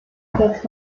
takes